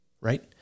right